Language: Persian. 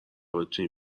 بتونی